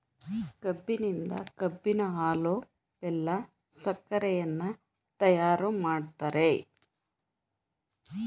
ಕಬ್ಬಿನಿಂದ ಕಬ್ಬಿನ ಹಾಲು, ಬೆಲ್ಲ, ಸಕ್ಕರೆಯನ್ನ ತಯಾರು ಮಾಡ್ತರೆ